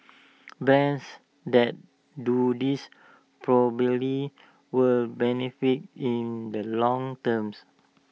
brands that do this properly will benefit in the long terms